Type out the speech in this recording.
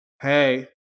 Hey